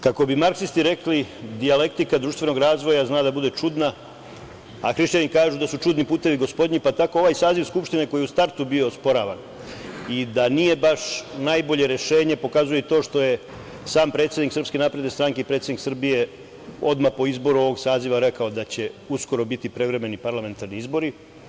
Kako bi marksisti rekli - dijalektika društvenog razvoja zna da bude čudna, a Hrišćani kažu da su čudni putevi gospodnji, pa tako i ovaj saziv Skupštine koji je u startu bio osporavan i da nije baš najbolje rešenje pokazuje i to što je sam predsednik SNS i predsednik Srbije odmah po izboru ovog saziva rekao da će uskoro biti prevremeni parlamentarni izbori.